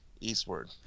eastward